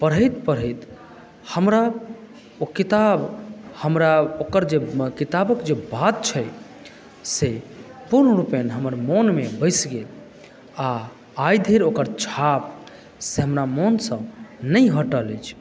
तऽ पढ़ैत पढ़ैत हमरा ओ किताब हमरा ओकर जे किताबके जे बात छै से पूर्ण रूपेण हमर मोनमे बसि गेल आ आइ धरि ओकर छाप से हमरा मोन सँ नहि हटल अछि